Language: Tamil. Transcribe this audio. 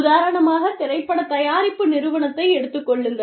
உதாரணமாகத் திரைப்பட தயாரிப்பு நிறுவனத்தை எடுத்துக் கொள்ளுங்கள்